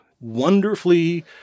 wonderfully